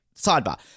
sidebar